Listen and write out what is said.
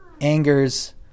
angers